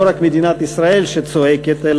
לא רק מדינת ישראל צועקת,